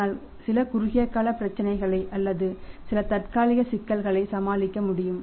ஆனால் சில குறுகிய கால பிரச்சினைகளை அல்லது சில தற்காலிக சிக்கல்களைச் சமாளிக்க முடியும்